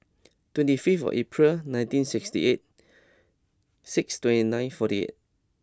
twenty fifth of April nineteen sixty eight six twenty nine forty eight